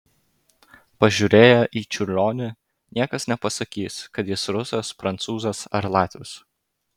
pažiūrėję į čiurlionį niekas nepasakys kad jis rusas prancūzas ar latvis